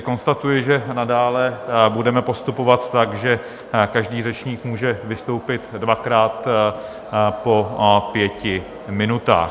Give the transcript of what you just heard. Konstatuji, že nadále budeme postupovat tak, že každý řečník může vystoupit dvakrát po pěti minutách.